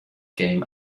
game